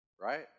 Right